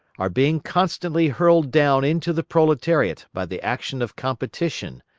are being constantly hurled down into the proletariat by the action of competition,